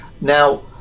Now